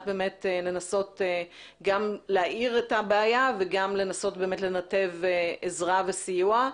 לנסות גם להאיר את הבעיה וגם לנסות לנתב עזרה וסיוע.